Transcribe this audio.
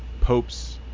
pope's